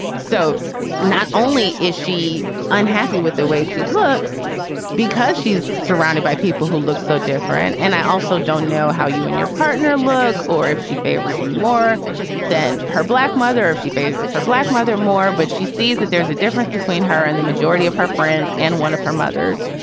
so not only is she unhappy with the way she looks because she's surrounded by people who look so different. and i also don't know how you and your partner look or if she favors you more than her black mother, if she favors are black mother more. but she sees that there's a difference between her and the majority of her friends and one of her mothers.